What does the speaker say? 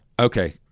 Okay